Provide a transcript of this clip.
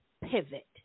pivot